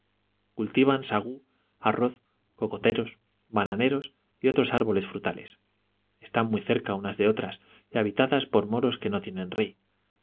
cultivan sagú arroz cocoteros bananeros y otros árboles frutales están muy cerca unas de otras y habitadas por moros que no tienen rey